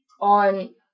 on